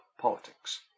politics